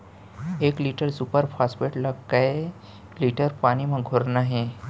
एक litre super phosphate ला कए लीटर पानी मा घोरना हे?